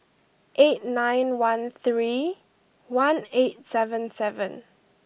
eight nine one three one eight seven seven